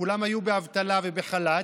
כולם באבטלה ובחל"ת,